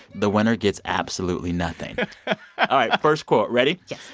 the winner gets absolutely nothing all right, first quote. ready? yes